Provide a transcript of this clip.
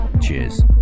cheers